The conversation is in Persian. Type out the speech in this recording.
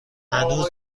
هنوز